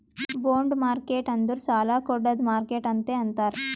bond market ಅಂದುರ್ ಸಾಲಾ ಕೊಡ್ಡದ್ ಮಾರ್ಕೆಟ್ ಅಂತೆ ಅಂತಾರ್